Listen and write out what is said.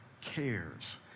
cares